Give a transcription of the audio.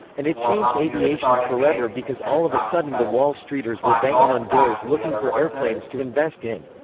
and it changed aviation forever because all of a sudden the wall streeters were banging on doors looking for airplanes to invest in.